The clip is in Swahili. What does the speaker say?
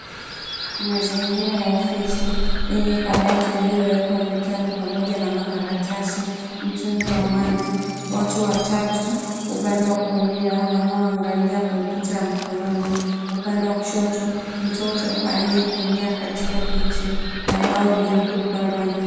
Mazingira ya ofisi yenye kabati lililowekwa vitabu pamoja na makaratisi, mtungi wa maji, watu watatu upande wa kulia wanaoangalia kompyuta ya mkononi. Upande wa kushoto, mtoto aliyekalia katika kiti na bao jeupe upande wa nyuma.